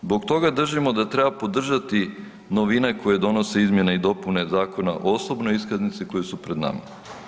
Zbog toga držimo da treba podržati novine koje donose izmjene i dopune Zakona o osobnoj iskaznici koje su pred nama.